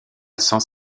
sans